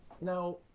Now